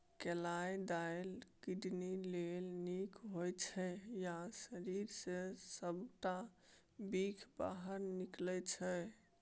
कलाइ दालि किडनी लेल नीक होइ छै आ शरीर सँ सबटा बिख बाहर निकालै छै